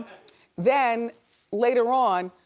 then later on,